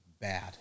bad